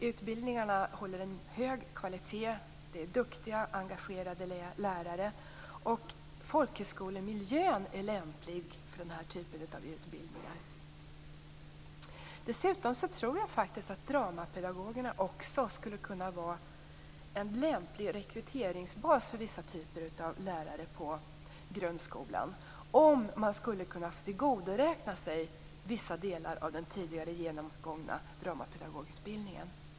Utbildningen håller en hög kvalitet, och lärarna är duktiga och engagerade. Folkhögskolemiljön är också lämplig för denna typ av utbildning. Dessutom tror jag att dramapedagogerna också skulle kunna vara en lämplig rekryteringsbas för vissa typer av lärare på grundskolan om de skulle få tillgodoräkna sig vissa delar av den tidigare genomgångna dramapedagogutbildningen.